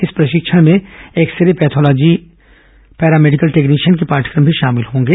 इस प्रशिक्षण में एक्सरे पैथोलॉजी पैरामेडिकल टेक्निशियन के पाठ्यक्रम भी शामिल होंगे